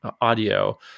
audio